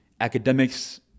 academics